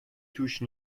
توش